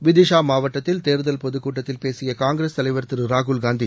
விதிஷா மாவட்டத்தில் தேர்தல் பொதுக்கூட்டத்தில் பேசிய காங்கிரஸ் தலைவர் திரு ராகுல் காந்தி